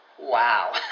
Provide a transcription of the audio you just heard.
wow